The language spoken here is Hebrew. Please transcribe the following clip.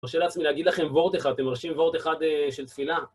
מרשה לעצמי להגיד לכם וורט אחד, אתם מרשים וורט אחד של תפילה?